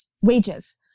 wages